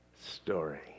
story